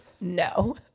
No